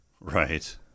Right